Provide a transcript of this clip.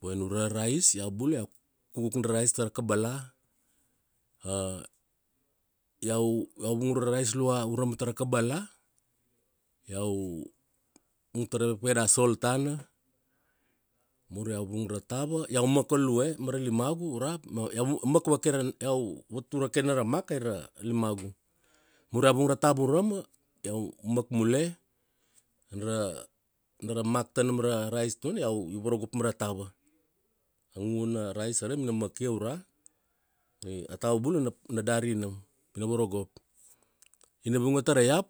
Boina ure ra rice, iau bula iau kuk kuk na rice tara kabala, iau, iau vung ra rice lua urama tara kabala, iau, vung tar ra sol tana, mur iau vung ra tava, iau mark value mara limagu ura ma iau mak vake, iau vatur vake na ra mark aira limagu. Mur iau vung ra tava aruma, iau ina mak mule, nam ra, nara mak tanamra rice tuna i varagop mara tava. A ngungu na rice arama i na makia ura, a tava bula na, na dari nam pi na varogop. Ina vungia tara ra iap